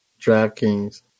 DraftKings